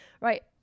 right